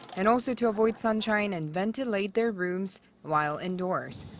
and also to avoid sunshine and ventilate their rooms while indoors.